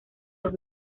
los